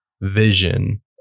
vision